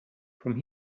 from